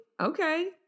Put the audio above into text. Okay